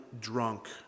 drunk